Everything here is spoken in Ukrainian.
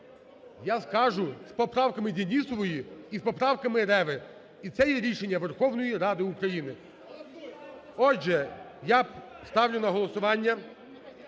Я скажу, з поправками Денісової і поправками Реви, і це є рішення Верховної Ради України. Отже, я ставлю на голосування